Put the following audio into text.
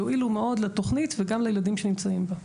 יועילו מאוד לתוכנית וגם לילדים שנמצאים בה.